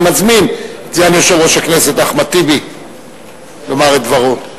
אני מזמין את סגן יושב-ראש הכנסת אחמד טיבי לומר את דברו.